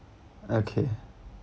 okay